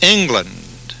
England